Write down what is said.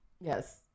yes